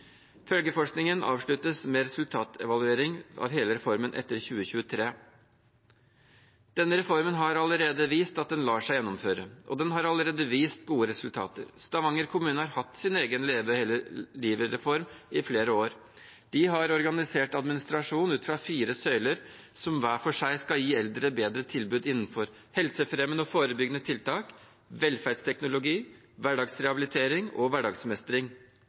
Følgeforskningen avsluttes med resultatevaluering av hele reformen etter 2023. Denne reformen har allerede vist at den lar seg gjennomføre, og den har allerede vist gode resultater. Stavanger kommune har hatt sin egen Leve hele livet-reform i flere år. De har organisert administrasjonen ut fra fire søyler som hver for seg skal gi eldre bedre tilbud innenfor helsefremmende og forebyggende tiltak, velferdsteknologi, hverdagsrehabilitering og hverdagsmestring.